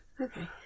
Okay